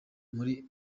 muri